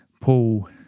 Paul